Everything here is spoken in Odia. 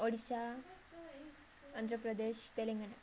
ଓଡ଼ିଶା ଆନ୍ଧ୍ରପ୍ରଦେଶ ତେଲେଙ୍ଗାନା